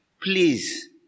Please